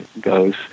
goes